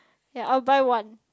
ya I'll buy one